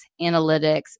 analytics